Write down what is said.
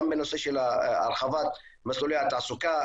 גם בנושא של הרחבת מסלולי התעסוקה,